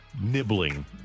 nibbling